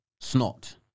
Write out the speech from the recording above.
Snot